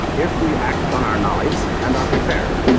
if we act on our knowledge and are prepared.